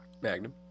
Magnum